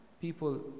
People